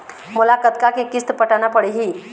मोला कतका के किस्त पटाना पड़ही?